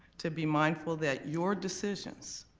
to be mindful that your decisions